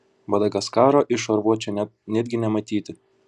madagaskaro iš šarvuočio netgi nematyti